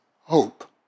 Hope